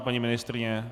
Paní ministryně?